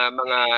mga